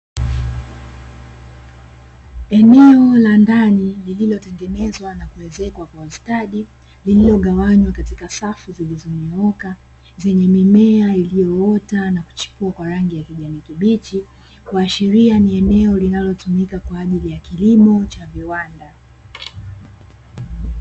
Eneo la ndani lililotengenezwa na kuezekwa kwa ustadi, lililogawanywa katika safu zilizonyooka, zenye mimea iliyoota na kuchipua kwa rangi ya kijani kibichi, kuashiria ni eneo linalotumika kwa ajili ya kilimo cha viwanda.